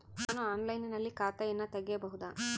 ನಾನು ಆನ್ಲೈನಿನಲ್ಲಿ ಖಾತೆಯನ್ನ ತೆಗೆಯಬಹುದಾ?